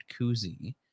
koozie